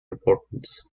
importance